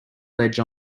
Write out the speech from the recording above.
ledge